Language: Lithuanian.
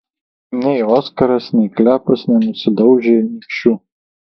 nei oskaras nei klepas nenusidaužė nykščių